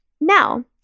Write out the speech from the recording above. Now